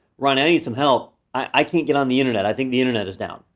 ronnie, i need some help, i can't get on the internet, i think the internet is down.